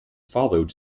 followed